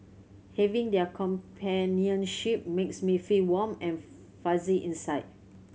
having their companionship makes me feel warm and fuzzy inside